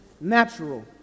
natural